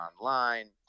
online